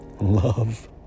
love